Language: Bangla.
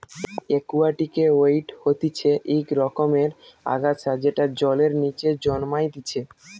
একুয়াটিকে ওয়িড হতিছে ইক রকমের আগাছা যেটা জলের নিচে জন্মাইতিছে